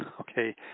Okay